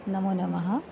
नमो नमः